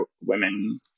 women